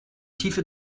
tiefe